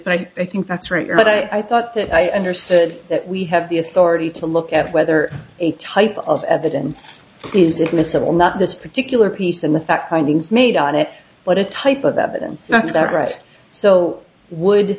but i think that's right you're right i thought that i understood that we have the authority to look at whether a type of evidence is admissible not this particular piece and the fact findings made on it but a type of evidence notes are right so would